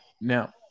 Now